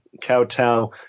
kowtow